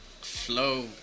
flow